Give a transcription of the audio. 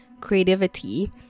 creativity